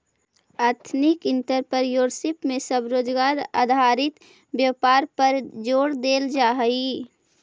ethnic entrepreneurship में स्वरोजगार आधारित व्यापार पर जोड़ देल जा हई